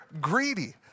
greedy